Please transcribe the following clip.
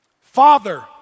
Father